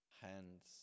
hands